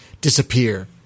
disappear